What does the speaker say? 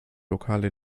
lokale